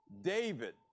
David